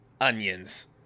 onions